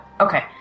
Okay